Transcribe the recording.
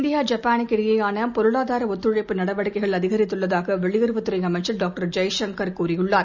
India ஜப்பானுக்கிடையேயானபொருளாதாரஒத்துழைப்பு நடவடிக்கைகள் அதிகரித்துள்ளதாகவெளியுறவுத் துறைஅமைச்சர் டாக்டர் ஜெய் சங்கர் தெரிவித்துள்ளார்